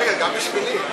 בשבילי.